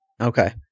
Okay